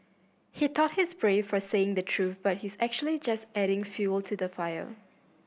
he thought he's brave for saying the truth but he's actually just adding fuel to the fire